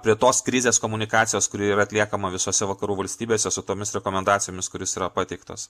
prie tos krizės komunikacijos kuri yra atliekama visose vakarų valstybėse su tomis rekomendacijomis kurios yra pateiktos